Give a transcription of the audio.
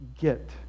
get